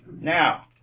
Now